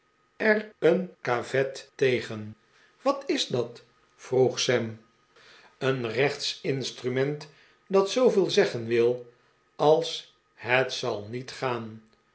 er een caveat tegen wat is dat vroeg sam een rechtsinstrument dat zooveel zeggen wil als het zal niet gaan